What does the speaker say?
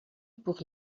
pour